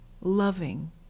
loving